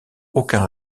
aucun